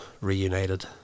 reunited